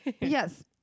Yes